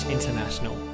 International